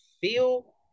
feel